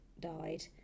died